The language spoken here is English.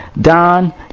Don